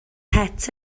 het